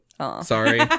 Sorry